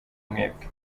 mwebwe